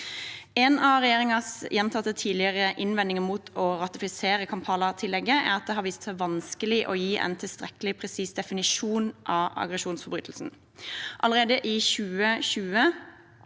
En av regjeringens gjentatte tidligere innvendinger mot å ratifisere Kampala-tillegget er at det har vist seg vanskelig å gi en tilstrekkelig presis definisjon av aggresjonsforbrytelsen. Allerede i 2020